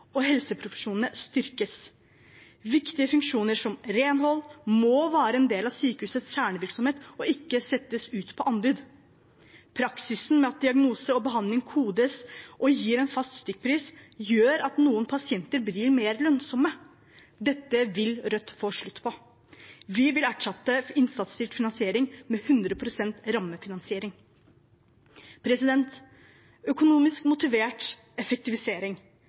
og helseprofesjonene styrkes. Viktige funksjoner som renhold må være en del av sykehusets kjernevirksomhet og ikke settes ut på anbud. Praksisen med at diagnose og behandling kodes og gis en fast stykkpris, gjør at noen pasienter blir mer lønnsomme. Dette vil Rødt få en slutt på. Vi vil erstatte innsatsstyrt finansiering med 100 pst. rammefinansiering. Økonomisk motivert effektivisering,